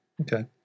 Okay